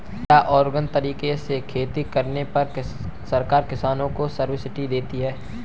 क्या ऑर्गेनिक तरीके से खेती करने पर सरकार किसानों को सब्सिडी देती है?